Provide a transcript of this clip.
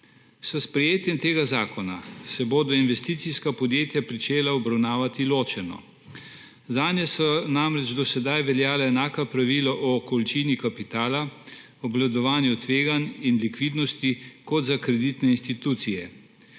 S sprejetjem tega zakona se bodo investicijska podjetja pričela obravnavati ločeno. Zanje so namreč do sedaj veljale enaka pravila o količini kapitala, obvladovanju tveganj in likvidnosti kot za kreditne institucije.